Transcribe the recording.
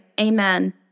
amen